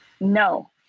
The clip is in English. no